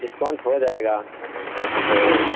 discount ہو جائے گا تو